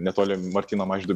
netoli martyno mažvydo